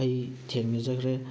ꯑꯩ ꯊꯦꯡꯅꯖꯈ꯭ꯔꯦ